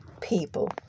people